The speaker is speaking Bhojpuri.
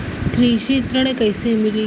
कृषि ऋण कैसे मिली?